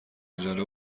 عجله